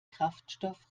kraftstoff